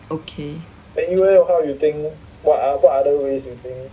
okay